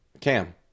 Cam